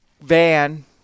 van –